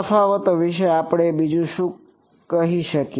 તફાવતો વિશે આપણે બીજું શું કહી શકીએ